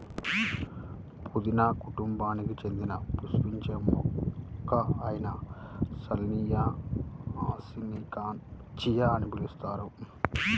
పుదీనా కుటుంబానికి చెందిన పుష్పించే మొక్క అయిన సాల్వియా హిస్పానికాని చియా అని పిలుస్తారు